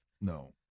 No